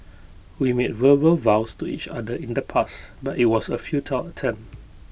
we made verbal vows to each other in the past but IT was A futile attempt